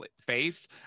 face